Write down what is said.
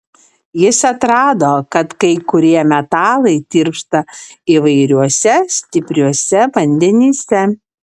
jis atrado kad kai kurie metalai tirpsta įvairiuose stipriuose vandenyse